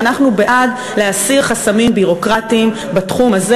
ואנחנו בעד להסיר חסמים ביורוקרטיים בתחום הזה